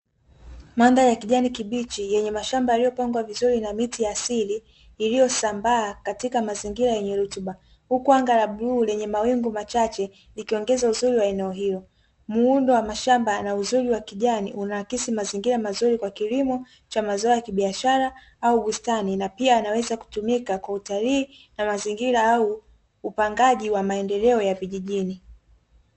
Mandhari ya kijani kibichi yenye mashamba yaliyopangwa vizuri na miti ya asili, iliyosambaa katika mazingira yenye rutuba. Huku anga la bluu lenye mawingu machache, likiongeza uzuri wa eneo hilo. Muundo wa mashamba yana uzuri wa kijani unaakisi mazingira mazuri ya kilimo cha mazao ya kibiashara au bustani na pia yanaweza kutumika kwa utalii na mazingira au upangaji wa maendeleo ya vijijini.